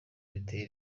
riteye